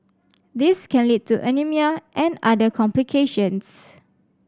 this can lead to anaemia and other complications